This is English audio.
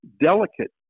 delicate